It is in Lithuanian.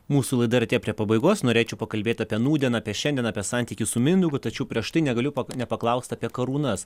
mūsų laida artėja prie pabaigos norėčiau pakalbėt apie nūdieną apie šiandieną apie santykius su mindaugu tačiau prieš tai negaliu nepaklaust apie karūnas